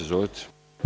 Izvolite.